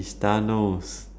is thanos